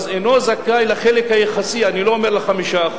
אינו זכאי לחלק היחסי, אני לא אומר ל-5%.